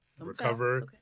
recover